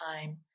time